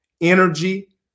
energy